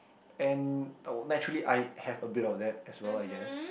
and our naturally eyed have a bit of that as well I guess